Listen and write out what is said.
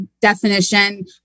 definition